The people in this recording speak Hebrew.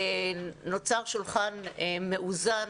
ונוצר שולחן מאוזן,